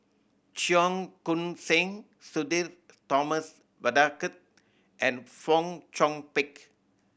Cheong Koon Seng Sudhir Thomas Vadaketh and Fong Chong Pik